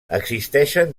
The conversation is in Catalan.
existeixen